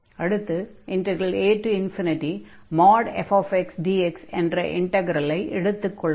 அடுத்து எடுத்துக் கொள்ளும் உதாரணம் afdx என்ற இன்டக்ரலை எடுத்துக் கொள்வோம்